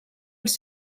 els